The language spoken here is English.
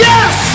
Yes